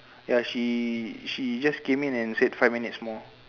ya she she just came in and said five minutes more